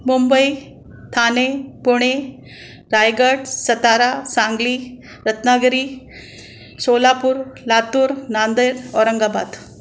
Mumbai Thane Pune Raigad Satara Sangli Ratnagiri Solapur Latur Nanded Aurangabad